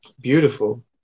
Beautiful